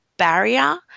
Barrier